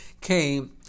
came